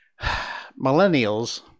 millennials